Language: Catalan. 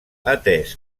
atès